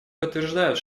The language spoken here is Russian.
подтверждают